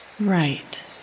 Right